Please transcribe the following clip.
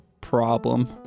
problem